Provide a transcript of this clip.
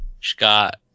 Scott